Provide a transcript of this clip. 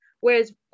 whereas